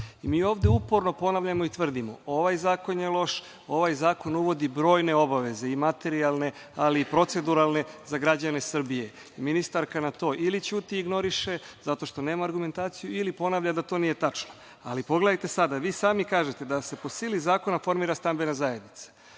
I mi ovde uporno ponavljamo i tvrdimo, ovaj zakon je loš, ovaj zakon uvodi brojne obaveze i materijalne, ali i proceduralne za građane Srbije. Ministarka na to ili ćuti ili ignoriše zato što nema argumentaciju, ili ponavlja da to nije tačno. Ali, pogledajte sada, vi sami kažete – da se po sili zakona formira stambena zajednica,